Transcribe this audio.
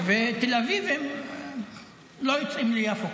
וגם התל אביבים היו יוצאים ליפו,